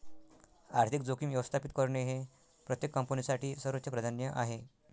आर्थिक जोखीम व्यवस्थापित करणे हे प्रत्येक कंपनीसाठी सर्वोच्च प्राधान्य आहे